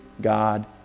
God